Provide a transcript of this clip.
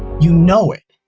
you know it.